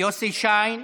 יוסי שיין,